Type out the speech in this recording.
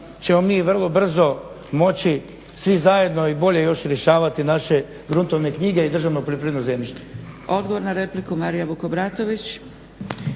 ćemo mi vrlo brzo moći svi zajedno i bolje još rješavati naše gruntovne knjige i državno poljoprivredno zemljište.